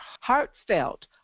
heartfelt